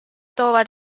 toovad